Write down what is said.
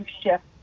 shift